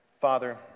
Father